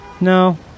No